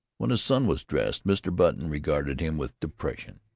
when his son was dressed mr. button regarded him with depression.